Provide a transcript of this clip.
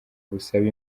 busaba